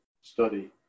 study